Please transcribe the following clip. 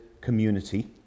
community